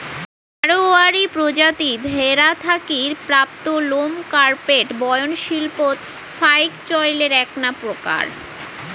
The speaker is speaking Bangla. মাড়ওয়ারী প্রজাতি ভ্যাড়া থাকি প্রাপ্ত লোম কার্পেট বয়ন শিল্পত ফাইক চইলের এ্যাকনা প্রকার